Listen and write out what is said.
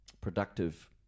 productive